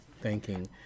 thanking